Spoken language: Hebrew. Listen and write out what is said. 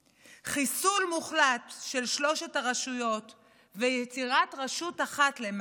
חיסול מוחלט של שלוש הרשויות ויצירת רשות אחת למעשה.